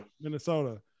Minnesota